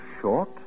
short